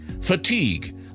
Fatigue